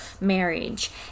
marriage